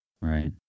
Right